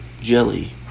jelly